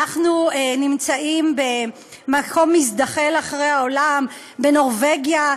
אנחנו נמצאים במקום מזדחל אחרי העולם: בנורבגיה,